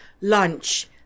Lunch